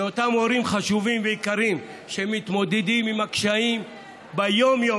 לאותם הורים חשובים ויקרים שמתמודדים עם הקשיים ביום-יום,